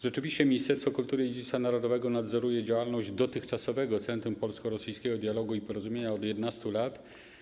Rzeczywiście Ministerstwo Kultury i Dziedzictwa Narodowego nadzoruje działalność dotychczasowego Centrum Polsko-Rosyjskiego Dialogu i Porozumienia od 11 lat.